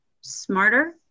smarter